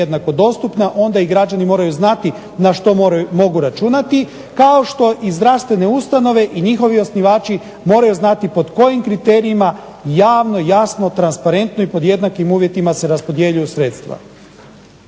jednako dostupna, onda i građani moraju znati na što mogu računati kao što i zdravstvene ustanove i njihovi osnivači moraju znati po kojim kriterijima javno, jasno, transparentno i pod jednakim uvjetima se raspodjeljuju sredstva.